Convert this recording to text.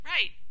Right